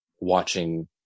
watching